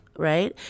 Right